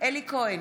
בהצבעה אלי כהן,